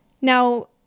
Now